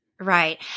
Right